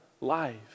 life